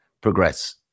progress